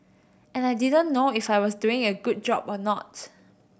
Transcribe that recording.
and I didn't know if I was doing a good job or not